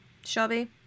Shelby